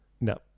no